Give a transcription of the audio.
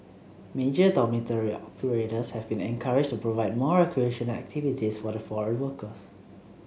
major dormitory operators have been encouraged to provide more recreational activities for the foreign workers